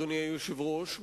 אדוני היושב-ראש,